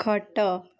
ଖଟ